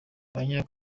abanya